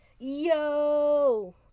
Yo